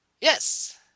Yes